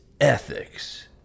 ethics